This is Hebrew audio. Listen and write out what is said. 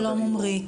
שלום, עמרי.